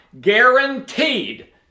guaranteed